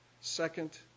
Second